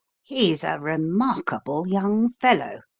he's a remarkable young fellow,